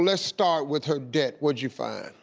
and start with her debt, what'd you find?